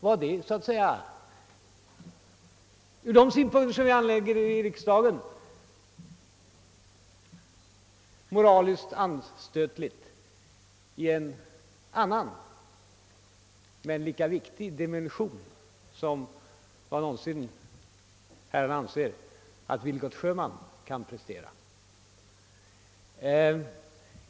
Ur de synpunkter vi anlägger här i riksdagen var detta moraliskt anstötligt i en annan, men lika viktig dimension som herrarna någonsin kan anse att Vilgot Sjömans film är.